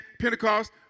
Pentecost